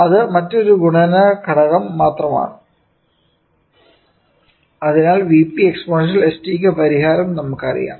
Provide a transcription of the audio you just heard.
അത് മറ്റൊരു ഗുണന ഘടകം മാത്രമാണ് അതിനാൽ Vp എക്സ്പോണൻഷ്യൽ st ക്കു പരിഹാരം നമുക്കറിയാം